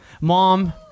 Mom